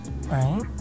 Right